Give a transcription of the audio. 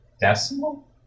Decimal